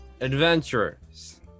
adventurers